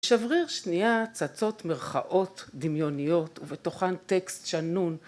‫שבריר שנייה צצות מירכאות דמיוניות, ‫ובתוכן טקסט שנון.